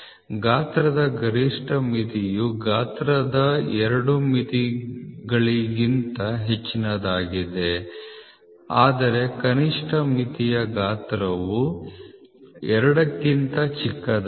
ಗಾತ್ರದ ಗರಿಷ್ಠ ಮಿತಿಯು ಗಾತ್ರದ ಎರಡು ಮಿತಿಗಳಿಗಿಂತ ಹೆಚ್ಚಿನದಾಗಿದೆ ಆದರೆ ಕನಿಷ್ಠ ಮಿತಿಯ ಗಾತ್ರವು ಎರಡಕ್ಕಿಂತ ಚಿಕ್ಕದಾಗಿದೆ